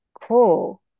cool